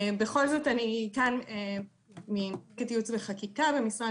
בכל זאת אני כאן כייעוץ וחקיקה במשרד